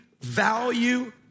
value